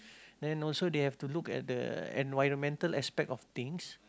then also they have to look at the environmental aspect of things